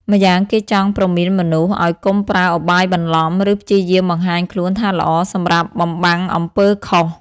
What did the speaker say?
ម្យ៉ាងគេចង់ព្រមានមនុស្សឲ្យកុំប្រើឧបាយបន្លំ ឬព្យាយាមបង្ហាញខ្លួនថាល្អសម្រាប់បំបាំងអំពើខុស។